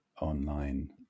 online